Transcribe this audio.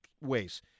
ways